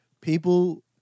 people